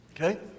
Okay